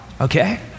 okay